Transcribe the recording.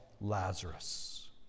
Lazarus